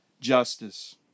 justice